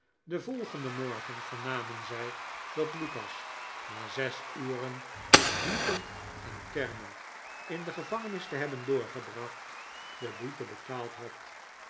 den volgenden morgen vernamen zij dat lucas na zes uren vloekend en kermend in de gevangenis te hebben doorgebracht de boete betaald had